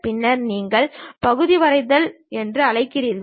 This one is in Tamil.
பின்னர் நீங்கள் பகுதி வரைதல் என்று அழைக்கிறீர்கள்